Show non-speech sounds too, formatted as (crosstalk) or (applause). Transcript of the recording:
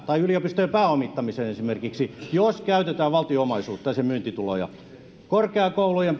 tai yliopistojen pääomittamiseen esimerkiksi jos käytetään valtion omaisuutta ja sen myyntituloja korkeakoulujen (unintelligible)